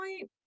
point